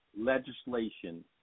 legislation